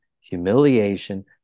humiliation